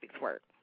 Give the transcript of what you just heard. work